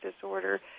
disorder